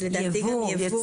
לדעתי גם ייבוא.